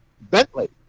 Bentley